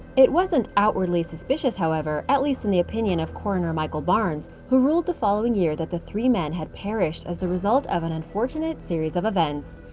it wasn't outwardly suspicious, however at least in the opinion of coroner michael barnes, who ruled the following year that the three men had perished as the result of an unfortunate series of events.